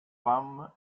femme